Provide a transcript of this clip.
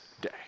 day